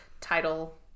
Title